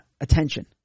attention